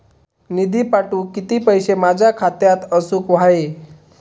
निधी पाठवुक किती पैशे माझ्या खात्यात असुक व्हाये?